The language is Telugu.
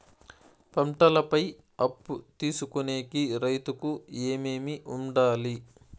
పంటల పై అప్పు తీసుకొనేకి రైతుకు ఏమేమి వుండాలి?